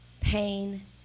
pain